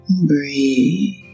Breathe